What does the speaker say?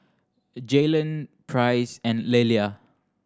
Jaylan Price and Lelia